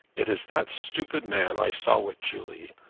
it is that stupid man i saw with julie.